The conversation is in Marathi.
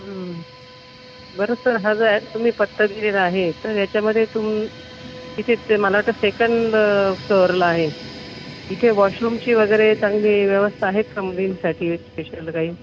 बरं सर हां जा तुम्ही पत्ता केलेला आहे तर याच्यामध्ये तुम इथे ते मला वाटतं सेकंड फ्लोअरला आहे इथे वॉशरूमची वगैरे चांगली व्यवस्था आहेत का मुलींसाठी स्पेशल काही